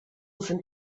sind